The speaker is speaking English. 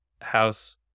house